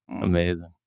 Amazing